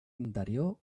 interior